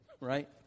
right